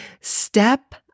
step